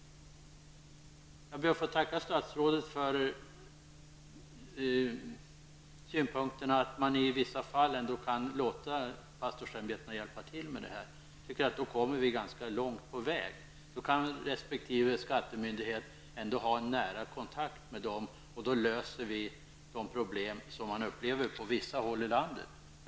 Jag ber att få tacka statsrådet för synpunkterna att man i vissa fall kan låta pastorsämbetena hjälpa till med detta. Jag anser att man därmed kommer ganska långt på väg. Då kan resp. skattmyndighet ha en nära kontakt med pastorsämbetena, och då löses de problem som upplevs på vissa håll i landet.